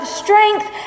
strength